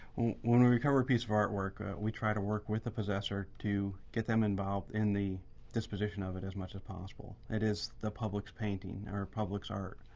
when we recover a piece of artwork, we try to work with the possessor to get them involved in the disposition of it, as much as possible. it is the public's painting or public's art.